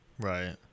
Right